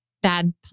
Bad